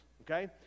okay